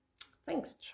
Thanks